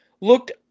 looked